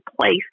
place